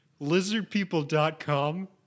lizardpeople.com